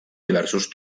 diversos